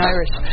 Irish